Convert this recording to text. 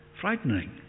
frightening